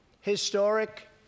historic